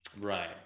right